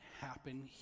happen